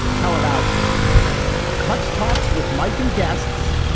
how about cuts talks with mike and guests?